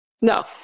No